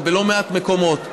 גם בלא מעט מקומות,